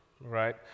right